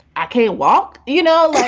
i can't walk, you know.